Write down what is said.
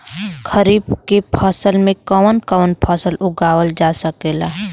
खरीफ के मौसम मे कवन कवन फसल उगावल जा सकेला?